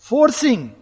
Forcing